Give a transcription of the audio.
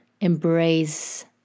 embrace